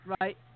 right